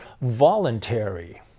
voluntary